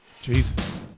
Jesus